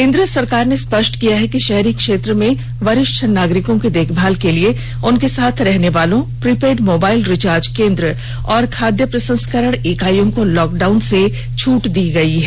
केन्द्र सरकार ने स्पष्ट किया है कि शहरी क्षेत्रों में वरिष्ठ नागरिकों की देखभाल के लिए उनके साथ रहने वालों प्रीपेड मोबाइल रिजार्च केन्द्र और खाद्य प्रसंस्करण इकाइयों को लॉकडाउन से छूट दी गई है